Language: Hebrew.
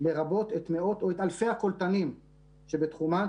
לרבות את אלפי הקולטנים שבתחומן,